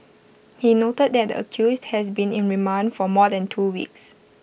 he noted that the accused has been in remand for more than two weeks